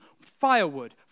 firewood